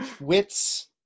wits